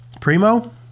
Primo